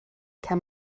kann